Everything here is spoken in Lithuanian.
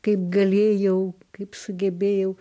kaip galėjau kaip sugebėjau